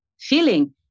feeling